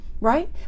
right